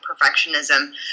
perfectionism